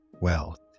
wealth